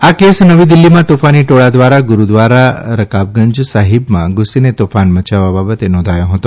આ કેસ નવી દિલ્ફીમાં તોફાની ટોળા દ્વારા ગુરુદ્વારા રકાબગંજ સાફીબમાં ધુસીને તોફાન મયાવા બાબતે નોંધાયો હતો